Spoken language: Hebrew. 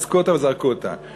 אזקו אותה וזרקו אותה.